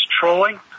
trolling